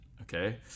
Okay